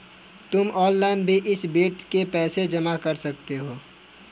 तुम ऑनलाइन भी इस बेड के पैसे जमा कर सकते हो